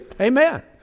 Amen